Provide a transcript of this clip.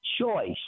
choice